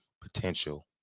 potential